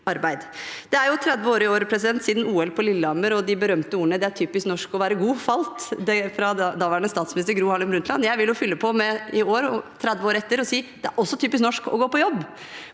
Det er i år 30 år siden OL på Lillehammer og de berømte ordene «det er typisk norsk å være god» falt fra daværende statsminister, Gro Harlem Brundtland. Jeg vil fylle på med å si – i år, 30 år etter – at det er også typisk norsk å gå på jobb.